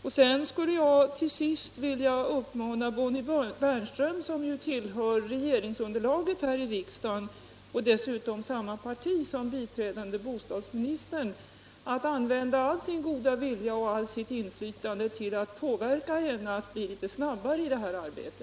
Till sist skulle jag vilja uppmana Bonnie Bernström, som ju tillhör regeringsunderlaget här i riksdagen och dessutom samma parti som biträdande bostadsministern, att använda all sin goda vilja och allt sitt inflytande för att påverka henne att bli litet snabbare i detta arbete.